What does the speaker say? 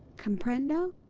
comprendo?